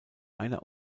einer